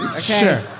Sure